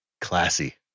classy